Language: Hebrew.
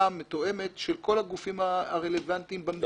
מתואמת של כל הגופים הרלוונטיים במדינה.